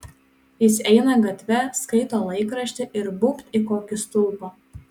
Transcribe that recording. jis eina gatve skaito laikraštį ir būbt į kokį stulpą